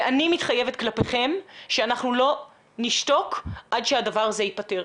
אני מתחייבת כלפיכם שאנחנו לא נשתוק עד שהדבר הזה ייפתר.